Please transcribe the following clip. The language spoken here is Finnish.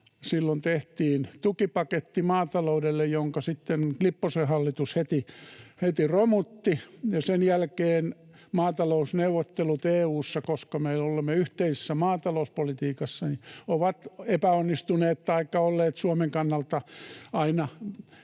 Silloin tehtiin maataloudelle tukipaketti, jonka sitten Lipposen hallitus heti romutti, ja sen jälkeen maatalousneuvottelut EU:ssa, koska me olemme yhteisessä maatalouspolitiikassa, ovat epäonnistuneet taikka olleet Suomen kannalta aina